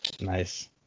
Nice